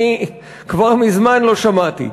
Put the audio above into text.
אני כבר מזמן לא שמעתי.